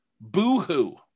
Boo-hoo